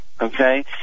okay